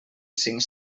cinc